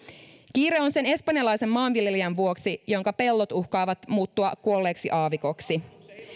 kiire on sen espanjalaisen maanviljelijän vuoksi jonka pellot uhkaavat muuttua kuolleeksi aavikoksi